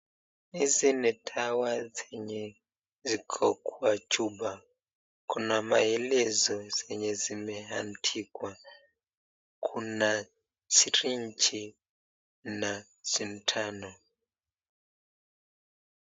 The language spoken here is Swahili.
Hizi ni dawa zenye ziko kwa chupa, kuna maelezo zenye zimeandikwa, kuna syringe na sindano.